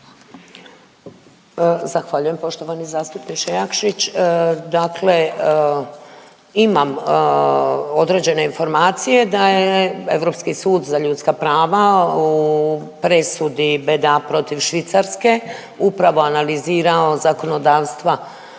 Zahvaljujem poštovani zastupniče Jakšić. Dakle, imam određene informacije da je Europski sud za ljudska prava u presudi Beda protiv Švicarske upravo analizirao zakonodavstva